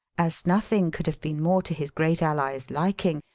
as nothing could have been more to his great ally's liking,